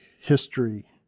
history